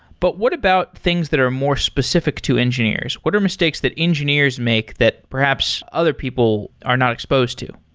but what about things that are more specific to engineers. what are mistakes that engineers make that perhaps other people are not exposed to?